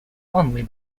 only